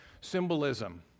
symbolism